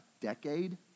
decade